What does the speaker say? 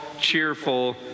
Cheerful